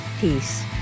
peace